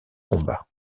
combat